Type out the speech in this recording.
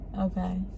Okay